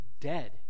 dead